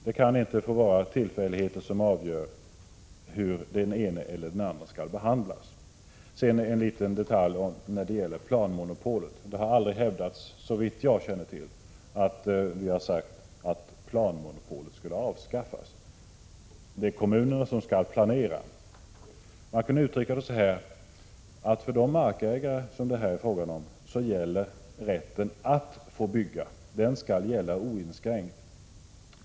Det kan inte få vara tillfälligheter som avgör hur den ene eller den andre skall behandlas. Jag vill ta upp en liten detalj när det gäller planmonopolet. Vi har aldrig hävdat, såvitt jag känner till, att planmonopolet skulle avskaffas. Det är kommunerna som skall planera. Man kan uttrycka det så här: för de markägare det här är fråga om skall rätten att få bygga gälla oinskränkt.